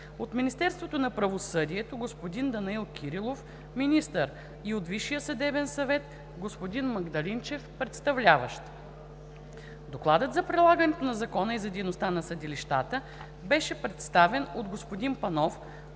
от Министерството на правосъдието: господин Данаил Кирилов – министър, и от Висшия съдебен съвет: господин Магдалинчев – представляващ. Докладът за прилагането на закона и за дейността на съдилищата беше представен от господин Панов,